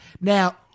Now